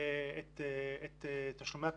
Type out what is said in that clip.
את תשלומי הפיצויים.